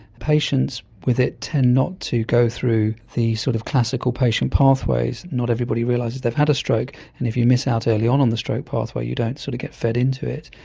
patients with it tend not to go through the sort of classical patient pathways. not everybody realises they've had a stroke, and if you miss out early on on the stroke pathway you don't sort of get fed into it.